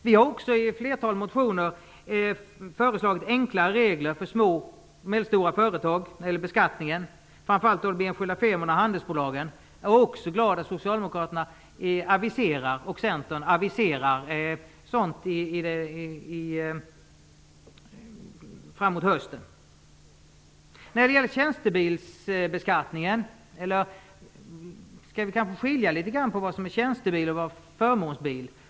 Vi har också i ett flertal motioner föreslagit enklare regler för beskattningen av små och medelstora företag, framför allt av enskilda firmor och handelsbolag. Jag är också glad att Socialdemokraterna och Centern aviserar sådant framåt hösten. När det gäller tjänstebilsbeskattningen - eller skall vi kanske skilja litet grand på vad som är tjänstebil och vad som är förmånsbil?